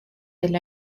del